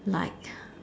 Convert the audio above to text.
like